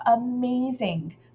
amazing